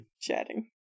chatting